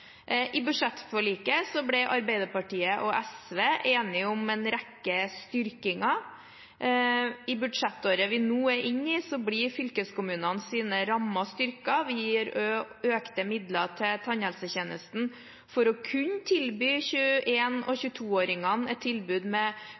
I budsjettforliket ble Arbeiderpartiet og SV enige om en rekke styrkinger. I budsjettåret vi nå er inne i, blir fylkeskommunenes rammer styrket, vi gir økte midler til tannhelsetjenesten for å kunne gi 21- og